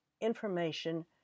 information